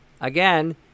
again